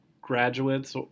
graduates